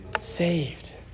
saved